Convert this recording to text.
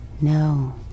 No